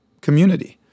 community